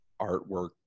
artwork